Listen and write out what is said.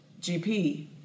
GP